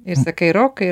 ir sakai rokai